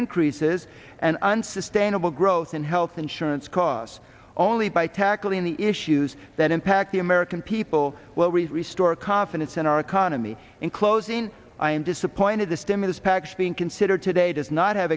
increases and unsustainable growth in health insurance costs only by tackling the issues that impact the american people well we've restored confidence in our economy in closing i am disappointed the stimulus package being considered today does not have